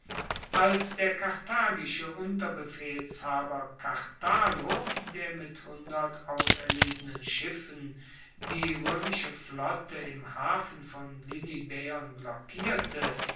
als der karthagische unterbefehlshaber karthalo der mit hundert auserlesenen schiffen die roemische flotte im hafen von lilybaeon blockierte